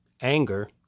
anger